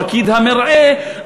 פקיד המרעה,